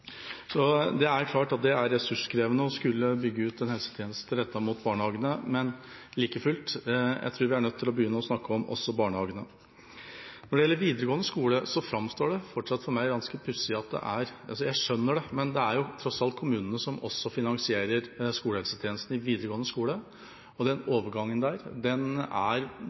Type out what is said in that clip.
Det er ressurskrevende å skulle bygge ut en helsetjeneste rettet mot barnehagene, men like fullt tror jeg vi er nødt til å begynne å snakke om barnehagene også. Det er kommunene som finansierer skolehelsetjenesten også i videregående skole, men den overgangen er vanskelig for kommunen og fylkeskommunen og for lærerne, og den er nok litt vanskelig også for mange elever. De skal forholde seg til en ny skolehelsetjeneste, som det i